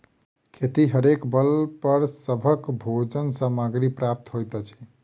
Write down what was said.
खेतिहरेक बल पर सभक भोजन सामग्री प्राप्त होइत अछि